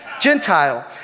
Gentile